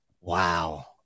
Wow